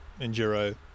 enduro